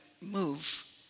move